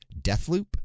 Deathloop